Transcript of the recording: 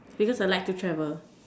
because I like to travel